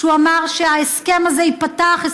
והוא אמר שההסכם הזה ייפתח,